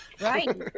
Right